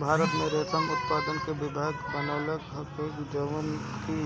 भारत में रेशम उत्पादन के विभाग बनल हवे जवन की